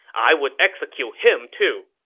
i would execute him, too!